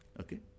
Okay